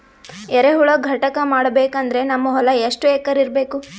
ಎರೆಹುಳ ಘಟಕ ಮಾಡಬೇಕಂದ್ರೆ ನಮ್ಮ ಹೊಲ ಎಷ್ಟು ಎಕರ್ ಇರಬೇಕು?